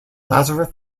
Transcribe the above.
lazarus